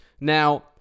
now